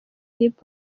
hip